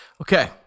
Okay